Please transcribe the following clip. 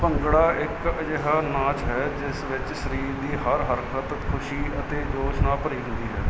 ਭੰਗੜਾ ਇੱਕ ਅਜਿਹਾ ਨਾਚ ਹੈ ਜਿਸ ਵਿੱਚ ਸਰੀਰ ਦੀ ਹਰ ਹਰਕਤ ਖੁਸ਼ੀ ਅਤੇ ਜੋਸ਼ ਨਾਲ ਭਰੀ ਹੁੰਦੀ ਹੈ